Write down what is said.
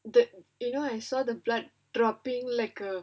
the and then you know I saw the blood dropping like a